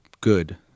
good